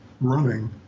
running